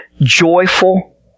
joyful